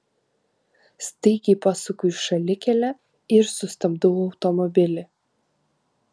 staigiai pasuku į šalikelę ir sustabdau automobilį